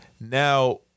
Now